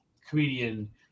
comedian